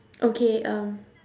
okay um